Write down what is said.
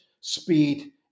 speed